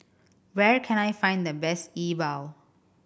where can I find the best E Bua